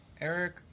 Eric